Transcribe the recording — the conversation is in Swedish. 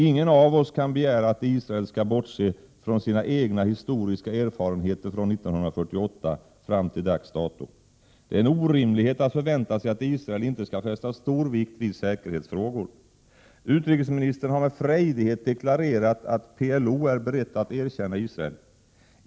Ingen av oss kan begära att Israel skall bortse från sina egna historiska erfarenheter från 1948, fram till dags dato. Det är en orimlighet att förvänta sig att Israel inte skall fästa stor vikt vid säkerhetsfrågor. Utrikesministern har med frejdighet deklarerat att PLO är berett att erkänna Israel.